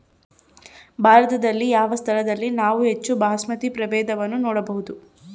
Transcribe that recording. ಭಾರತದಲ್ಲಿ ಯಾವ ಸ್ಥಳದಲ್ಲಿ ನಾವು ಹೆಚ್ಚು ಬಾಸ್ಮತಿ ಪ್ರಭೇದವನ್ನು ನೋಡಬಹುದು?